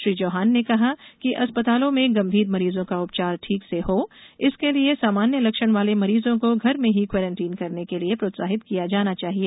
श्री चौहान ने कहा कि अस्पतालों में गंभीर मरीजों का उपचार ठीक से हो इसके लिये सामान्य लक्षण वाले मरीजों को घर में ही क्वारेंटाइन के लिये प्रोत्साहित किया जाना चाहिए